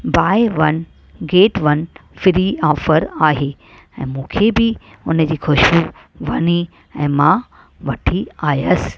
by one get one free offer आहे ऐं मूंखे बि हुनजी ख़ुशि वणी ऐं मां वठी आयसि